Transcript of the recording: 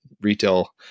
retail